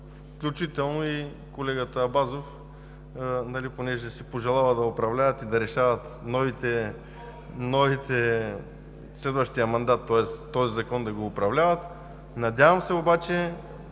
включително и колегата Абазов, понеже си пожелават да управляват и да решават следващия мандат, тоест този закон да го управляват. Надявам се обаче,